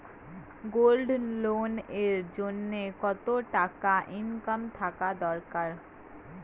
Gold loan এর জইন্যে কতো টাকা ইনকাম থাকা দরকার?